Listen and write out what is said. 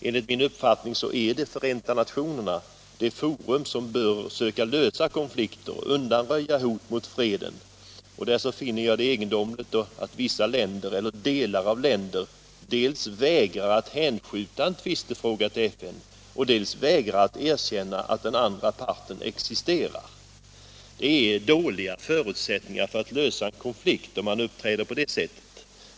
Enligt min uppfattning är Förenta nationerna det forum som bör söka lösa konflikter och undanröja hot mot freden, och därför finner jag det egendomligt att vissa länder eller delar av länder dels vägrar att hänskjuta en tvistefråga till FN, dels vägrar att erkänna att den andra parten existerar. Det är dåliga förutsättningar för att lösa en konflikt om man uppträder på det sättet.